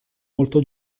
molto